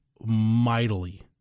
mightily